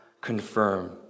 confirm